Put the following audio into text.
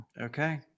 okay